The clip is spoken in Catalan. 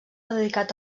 dedicat